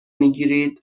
میگیرید